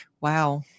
Wow